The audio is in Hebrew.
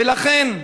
ולכן,